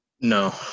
No